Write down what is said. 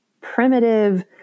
primitive